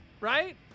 right